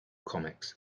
comics